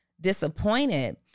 disappointed